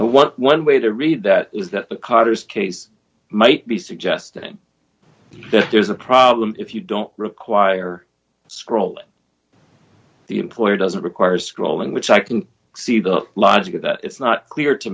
them one way to read that is that carter's case might be suggesting that there's a problem if you don't require scrolling the employer doesn't require scrolling which i can see the logic of that it's not clear to